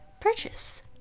purchase